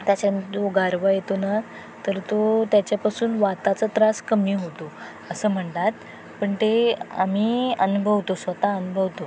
त्याच्याने जो गारवा येतो ना तर तो त्याच्यापासून वाताचा त्रास कमी होतो असं म्हणतात पण ते आम्ही अनुभवतो स्वत अनुभवतो